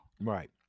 Right